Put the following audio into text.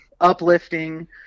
uplifting